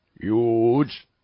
huge